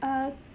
err